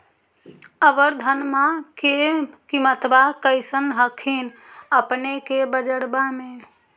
अबर धानमा के किमत्बा कैसन हखिन अपने के बजरबा में?